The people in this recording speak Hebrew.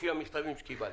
לפי המכתבים שקיבלתי.